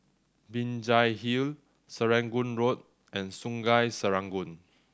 Binjai Hill Serangoon Road and Sungei Serangoon